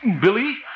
Billy